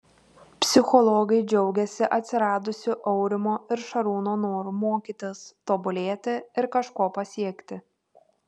psichologai džiaugiasi atsiradusiu aurimo ir šarūno noru mokytis tobulėti ir kažko pasiekti